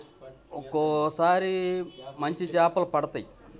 ఒక్కోసారి మంచి చాపలు పడతయి